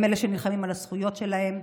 הם אלה שנלחמים על הזכויות שלהם,